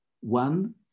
one